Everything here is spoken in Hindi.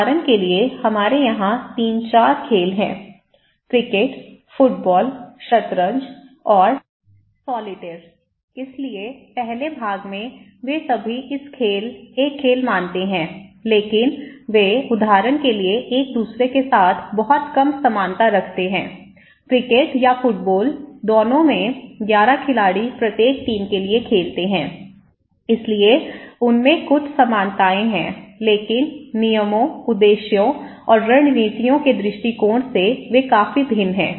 उदाहरण के लिए हमारे यहाँ 3 4 खेल है क्रिकेट फ़ुटबॉल शतरंज और सॉलिटेयर इसलिए पहले भाग में वे सभी एक खेल मानते हैं लेकिन वे उदाहरण के लिए एक दूसरे के साथ बहुत कम समानता रखते हैं क्रिकेट या फ़ुटबॉल दोनों मैं 11 खिलाड़ी प्रत्येक टीम के लिए खेलते हैं इसलिए उनमें कुछ समानताएं हैं लेकिन नियमों उद्देश्यों और रणनीतियों के दृष्टिकोण से वे काफी भिन्न हैं